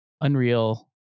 unreal